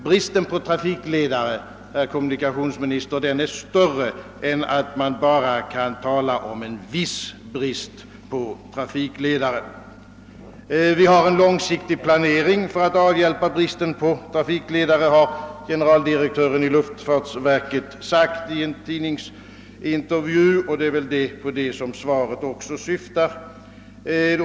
Bristen på trafikledare, herr kommunikationsminister, är större än att man bara kan tala om en >»viss« brist på trafikledare. Vi har en långsiktig planering för att avhjälpa bristen på trafikledare, har generaldirektören vid luftfartsverket sagt i en tidningsintervju. Det är väl på detta som en del av svaret syftar.